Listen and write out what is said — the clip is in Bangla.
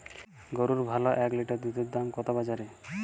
গরুর ভালো এক লিটার দুধের দাম কত বাজারে?